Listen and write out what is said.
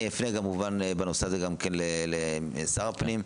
אני כמובן אפנה בנושא הזה גם לשר הפנים,